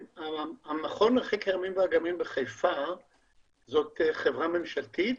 המכון לחקר ימים ואגמים בחיפה זו חברה ממשלתית